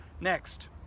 Next